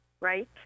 right